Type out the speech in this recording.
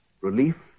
Relief